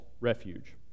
refuge